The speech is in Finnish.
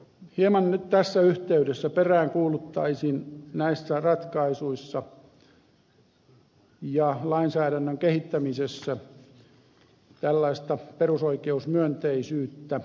hieman nyt tässä yhteydessä peräänkuuluttaisin näissä ratkaisuissa ja lainsäädännön kehittämisessä tällaista perusoikeusmyönteisyyttä